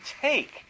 take